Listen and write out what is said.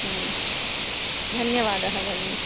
धन्यवादः भगिनि